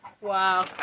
Wow